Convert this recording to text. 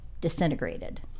disintegrated